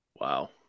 Wow